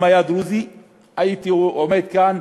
אם הוא היה דרוזי הייתי עומד כאן,